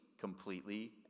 Completely